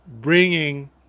bringing